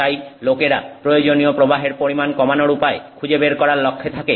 তাই লোকেরা প্রয়োজনীয় প্রবাহের পরিমাণ কমানোর উপায় খুঁজে বের করার লক্ষ্যে থাকে